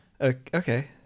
okay